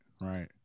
right